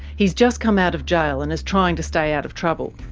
he's just come out of jail and is trying to stay out of trouble.